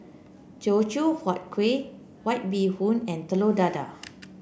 Teochew Huat Kueh White Bee Hoon and Telur Dadah